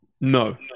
No